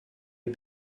you